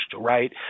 right